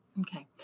Okay